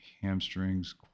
Hamstrings